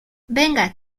venga